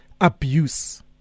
abuse